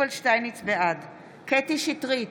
בעד קטי קטרין